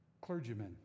clergymen